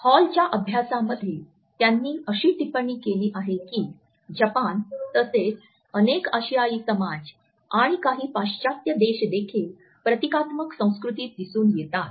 हॉलच्या अभ्यासामध्ये त्यांनी अशी टिप्पणी केली आहे की जपान तसेच अनेक आशियाई समाज आणि काही पाश्चात्य देश देखील प्रतीकात्मक संस्कृतीत दिसून येतात